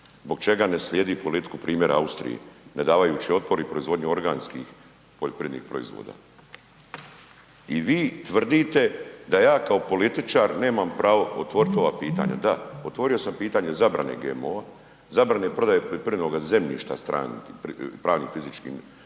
zbog čega ne slijedi politiku primjera Austrije, ne davaju otpora i proizvodnju organskih poljoprivrednih proizvoda. I vi tvrdite da ja kao političar nema pravo otvoriti ova pitanja, da, otvorio sam pitanje zabrane GMO-o, zabrane prodaje poljoprivrednoga zemljišta stranim pravnim i fizičkim ovaj